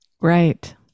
Right